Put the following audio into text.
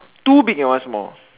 two big and small